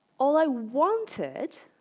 all i wanted,